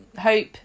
Hope